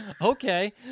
Okay